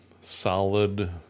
solid